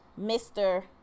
Mr